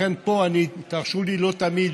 לכן, פה תרשו לי: לא תמיד